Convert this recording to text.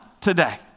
today